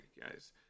guys